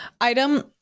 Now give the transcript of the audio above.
item